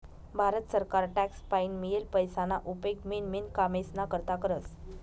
भारत सरकार टॅक्स पाईन मियेल पैसाना उपेग मेन मेन कामेस्ना करता करस